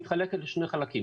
מתחלקת לשני חלקים.